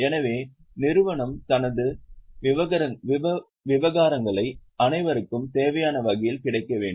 எனவே நிறுவனம் தனது விவகாரங்களை அனைவருக்கும் தேவையான வகையில் கிடைக்க வேண்டும்